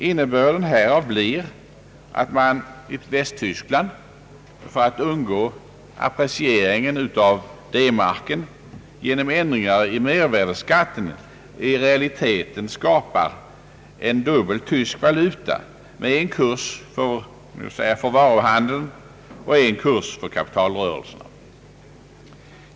Innebörden härav blir att man i Västtyskland, för att kunna undgå apprecieringen av D-marken, genom ändringar i mervärdeskatten i realiteten skapar en dubbel tysk valuta med en kurs för varuhandeln och en kurs för kapitalrörelserna.